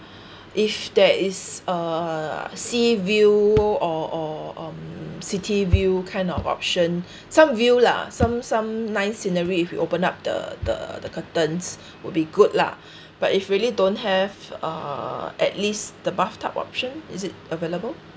if there is a seaview or or or mm city view kind of option some view lah some some nice scenery if you open up the the the curtains will be good lah but if really don't have uh at least the bathtub option is it available